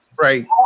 right